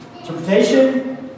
Interpretation